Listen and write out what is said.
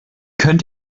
könnt